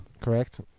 Correct